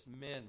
men